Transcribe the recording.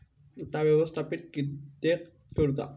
खाता व्यवस्थापित किद्यक करुचा?